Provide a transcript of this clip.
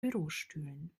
bürostühlen